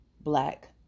black